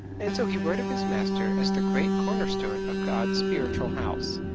and so he wrote of his master as the great corner-stone of god's spiritual house,